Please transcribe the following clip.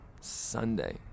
Sunday